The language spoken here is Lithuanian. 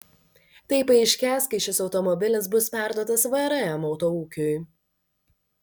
tai paaiškės kai šis automobilis bus perduotas vrm autoūkiui